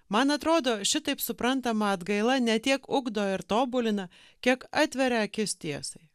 man atrodo šitaip suprantama atgaila ne tiek ugdo ir tobulina kiek atveria akis tiesai